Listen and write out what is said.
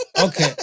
Okay